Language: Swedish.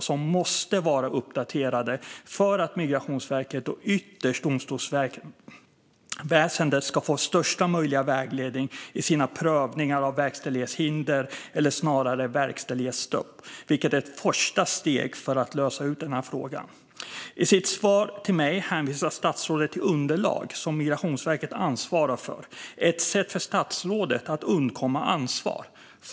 De måste vara uppdaterade för att Migrationsverket och ytterst domstolsväsendet ska få största möjliga vägledning i sina prövningar av verkställighetshinder eller snarare verkställighetsstopp, vilket är ett första steg för att lösa den här frågan. I sitt svar till mig hänvisar statsrådet till underlag som Migrationsverket ansvarar för. Det är ett sätt för statsrådet att undkomma ansvar.